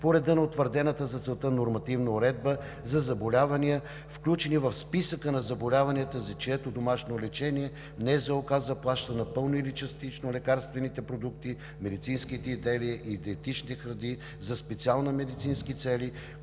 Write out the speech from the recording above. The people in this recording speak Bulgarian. по реда на утвърдената за целта нормативна уредба за заболявания, включени в списъка на заболяванията, за чието домашно лечение НЗОК заплаща напълно или частично лекарствените продукти, медицинските изделия и диетичните храни за специални медицински цели,